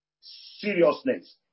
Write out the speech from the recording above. seriousness